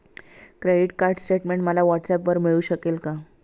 Credit card statement मला व्हॉट्सऍपवर मिळू शकेल का?